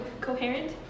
coherent